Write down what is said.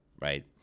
Right